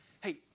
Hey